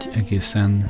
egészen